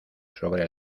sobre